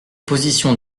positions